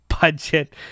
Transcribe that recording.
budget